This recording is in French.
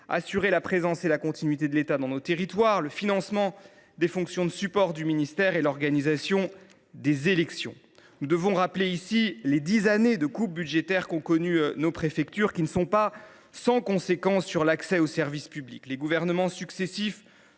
assurer la présence et la continuité de l’État dans nos territoires, à financer les fonctions de support du ministère et à organiser les élections. Je me dois de rappeler les dix années de coupes budgétaires… Plus !… qu’ont subies nos préfectures, qui ne sont pas sans conséquences sur l’accès aux services publics. Les gouvernements successifs